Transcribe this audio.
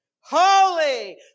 holy